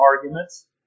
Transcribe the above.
arguments